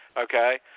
okay